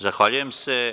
Zahvaljujem se.